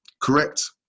correct